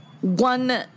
one